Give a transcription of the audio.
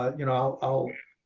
you know, i'll,